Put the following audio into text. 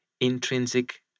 intrinsic